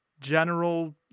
general